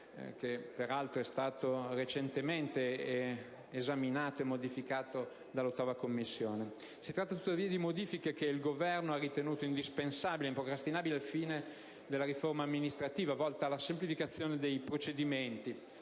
peraltro recentemente esaminato e modificato dall'8a Commissione. Si tratta, tuttavia, di modifiche che il Governo ha ritenuto indispensabili e improcrastinabili ai fini della riforma amministrativa, volta alla semplificazione dei procedimenti,